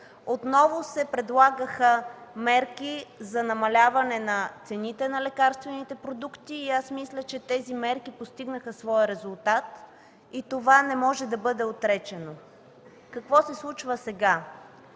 отново се предлагаха мерки за намаляване цените на лекарствените продукти и аз мисля, че тези мерки постигнаха своя резултат и това не може да бъде отречено. Какво се случва сега?